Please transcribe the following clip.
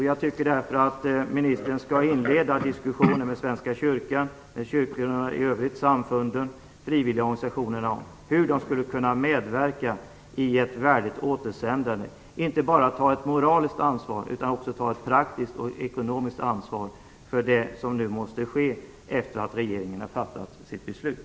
Jag tycker därför att ministern skall inleda diskussioner med Svenska kyrkan, kyrkorna i övrigt, samfunden och frivilligorganisationerna om hur de skulle kunna medverka i ett värdigt återsändande. Det skulle vara att inte bara ta ett moraliskt ansvar utan också ett praktiskt och ekonomiskt ansvar för det som nu måste ske efter att regeringen har fattat sitt beslut.